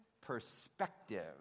perspective